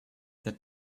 that